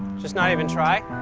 just not even try?